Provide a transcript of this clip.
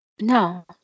No